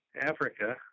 Africa